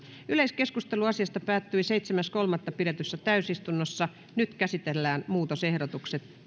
yleiskeskustelu asiasta päättyi seitsemäs kolmatta kaksituhattayhdeksäntoista pidetyssä täysistunnossa nyt käsitellään muutosehdotukset